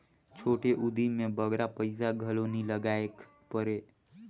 छोटे उदिम में बगरा पइसा घलो नी लगाएक परे